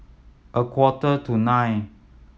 a quarter to nine